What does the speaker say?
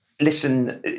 listen